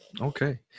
Okay